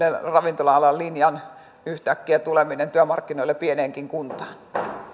ravintola alan linjan tuleminen yhtäkkiä työmarkkinoille pieneenkin kuntaan